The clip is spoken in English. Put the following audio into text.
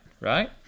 right